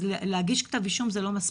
אז להגיש כתב אישום זה לא מספיק,